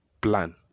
Plan